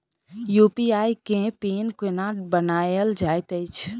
UPI केँ PIN केना बनायल जाइत अछि